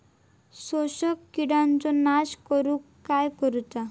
शोषक किडींचो नाश करूक काय करुचा?